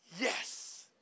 Yes